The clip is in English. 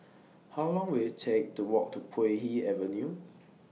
How Long Will IT Take to Walk to Puay Hee Avenue